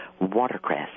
watercress